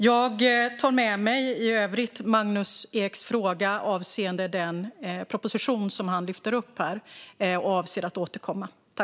Jag tar i övrigt med mig Magnus Eks fråga gällande den proposition som han lyfter upp här och avser att återkomma.